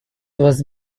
was